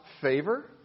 favor